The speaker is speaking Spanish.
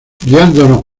guiándonos